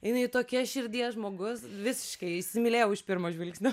jinai tokia širdies žmogus visiškai įsimylėjau iš pirmo žvilgsnio